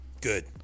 good